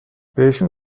بهشون